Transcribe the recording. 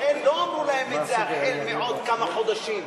לכן לא אמרו להם את זה החל מעוד כמה חודשים.